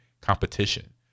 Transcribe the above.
competition